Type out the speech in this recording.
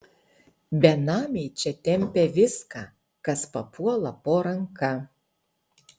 benamiai čia tempia viską kas papuola po ranka